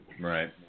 Right